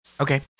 Okay